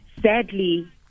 sadly